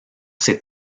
ses